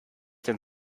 denn